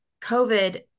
COVID